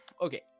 okay